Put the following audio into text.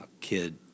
kid